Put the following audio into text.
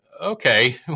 okay